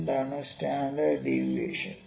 എന്താണ് standard deviation